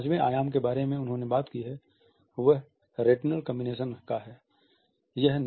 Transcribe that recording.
जिस पांचवें आयाम के बारे में उन्होंने बात की है वह रेटिनल कॉम्बिनेशन का है